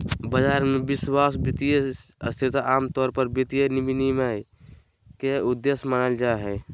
बाजार मे विश्वास, वित्तीय स्थिरता आमतौर पर वित्तीय विनियमन के उद्देश्य मानल जा हय